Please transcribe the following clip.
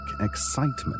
excitement